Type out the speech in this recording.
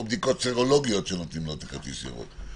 או בדיקות סרולוגיות שנותנות לו כרטיס ירוק.